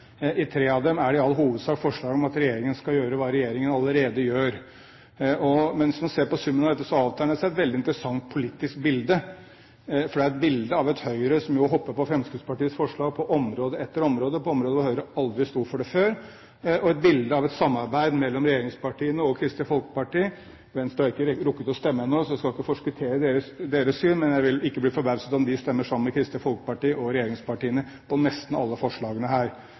I tre av dem er det i all hovedsak forslag om at regjeringen skal gjøre det regjeringen allerede gjør. Men hvis vi ser på summen av dette, avtegnes det et veldig interessant politisk bilde – et bilde av et Høyre som hopper på Fremskrittspartiets forslag på område etter område – områder hvor Høyre aldri sto for det før – og et bilde av et samarbeid mellom regjeringspartiene og Kristelig Folkeparti. Vi har ikke rukket å stemme ennå, så jeg skal ikke forskuttere Venstres syn, men jeg vil ikke bli forbauset om de stemmer sammen med Kristelig Folkeparti og regjeringspartiene når det gjelder nesten alle forslagene her.